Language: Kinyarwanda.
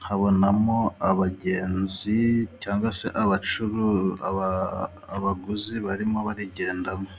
nkabonamo abagenzi cyangwa se abaguzi barimo barigendamo.